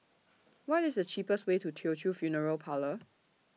What IS The cheapest Way to Teochew Funeral Parlour